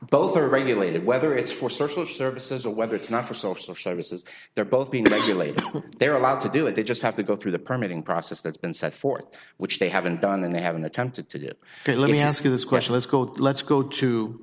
are regulated whether it's for certain services or whether it's not for source of services they're both being regulated they're allowed to do it they just have to go through the permitting process that's been set forth which they haven't done and they haven't attempted to do it let me ask you this question let's go let's go to